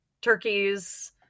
turkeys